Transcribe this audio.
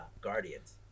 guardians